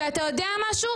ואתה יודע משהו?